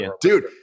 Dude